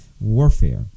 warfare